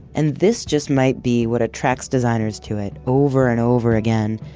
and this just might be what attracts designers to it over and over again,